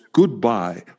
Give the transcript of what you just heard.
goodbye